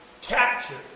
captured